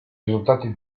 risultati